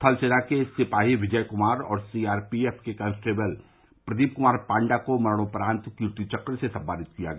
थल सेना के सिपाही विजय कुमार और सीआरपीएफ के कांस्टेबल प्रदीप कुमार पांडा को मरणोपरान्त कीर्ति चक्र से सम्मानित किया गया